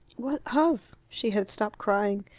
what of? she had stopped crying.